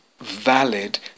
valid